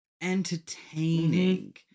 entertaining